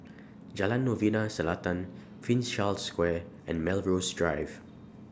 Jalan Novena Selatan Prince Charles Square and Melrose Drive